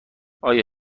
آیا